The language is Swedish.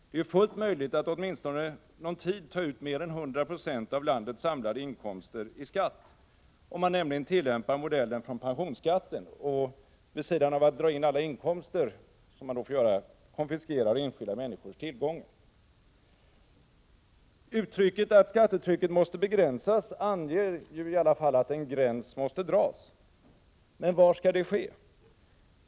Det är fullt möjligt att åtminstone någon tid ta ut mer än 100 96 av landets samlade inkomster i skatt, om man nämligen tillämpar modellen från pensionsskatten och vid sidan av att dra in alla inkomster konfiskerar enskilda människors tillgångar. Uttrycket att skattetrycket måste begränsas anger i alla fall att en gräns måste dras. Men var skall det ske?